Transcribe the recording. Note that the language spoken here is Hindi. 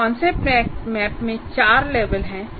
इस कॉन्सेप्ट मैप में 4 लेवल हैं